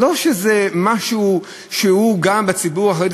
לא שזה משהו שקיים גם בציבור החרדי,